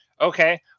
Okay